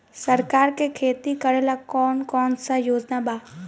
सरकार के खेती करेला कौन कौनसा योजना बा?